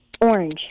Orange